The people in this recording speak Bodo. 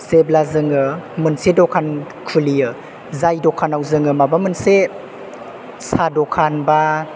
जेब्ला जों मोनसे दखान खुलियो जाय दखानाव जों माबा मोनसे सा दखान बा